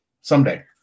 someday